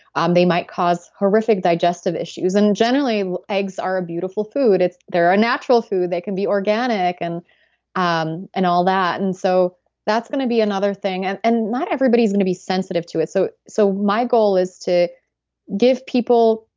um they might cause horrific digestive issues. and generally, eggs are a beautiful food. they're a natural food. they can be organic and um and all that. and so that's going to be another thing and and not everybody's going to be sensitive to it. so so my goal is to give people.